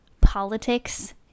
politics